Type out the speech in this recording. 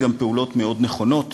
פעולות מאוד נכונות